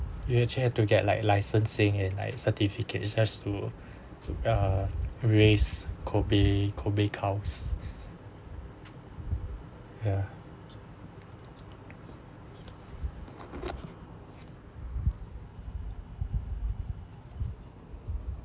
you actually like have to get like licensing and like certificates just to to uh raise kobe kobe cows